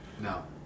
No